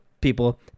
people